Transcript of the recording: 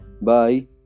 Bye